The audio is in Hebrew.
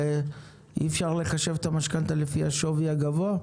אי-אפשר לחשב את המשכנתה לפי השווי הגבוה?